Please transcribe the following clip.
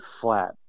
flat